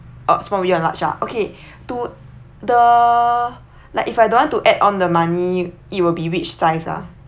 oh small medium and large lah okay to the like if I don't want to add on the money it will be which size ah